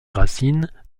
racines